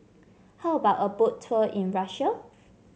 how about a Boat Tour in Russia